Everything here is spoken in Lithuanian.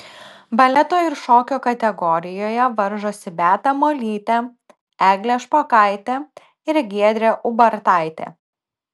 baleto ir šokio kategorijoje varžosi beata molytė eglė špokaitė ir giedrė ubartaitė